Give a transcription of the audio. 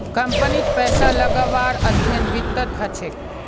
कम्पनीत पैसा लगव्वार अध्ययन वित्तत ह छेक